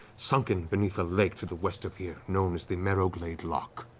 sunken beneath a lake to the west of here known as the marrowglade loch.